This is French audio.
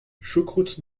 choucroute